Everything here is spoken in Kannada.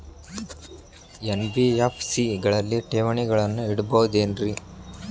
ಎನ್.ಬಿ.ಎಫ್.ಸಿ ಗಳಲ್ಲಿ ಠೇವಣಿಗಳನ್ನು ಇಡಬಹುದೇನ್ರಿ?